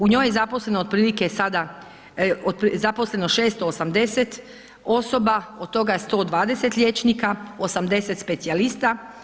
U njoj je zaposleno otprilike sada, zaposleno 680 osoba, od toga 120 liječnika, 80 specijalista.